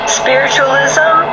spiritualism